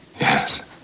Yes